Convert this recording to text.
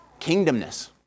kingdomness